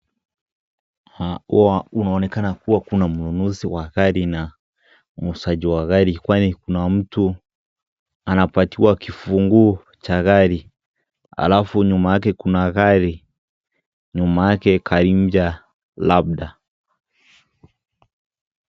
Unaonekana kuna mnunuzi wa gari na muuzaji wa gari kwani kuna mtu anapatiwa kifunguo cha gari alafu nyuma yake kuna gari nyuma yaek ka inja labda.